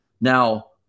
now